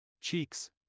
cheeks